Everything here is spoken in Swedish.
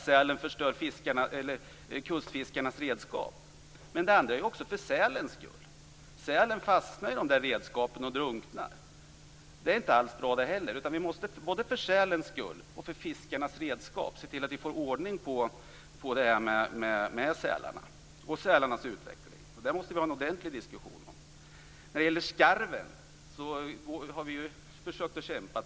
Sälen förstör kustfiskarnas redskap. Den andra anledningen är för sälens skull. Sälen fastnar i redskapen och drunknar. Det är inte alls bra det heller. Både för sälens och för fiskarnas redskaps skull måste vi alltså se till att vi får ordning på sälarnas utveckling. Det måste vi föra en ordentlig diskussion om. När det gäller skarven har vi försökt att kämpa.